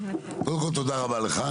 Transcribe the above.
קודם כל, תודה רבה לך.